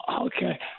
okay